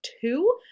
two